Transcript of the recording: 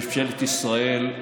בממשלת ישראל,